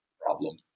problem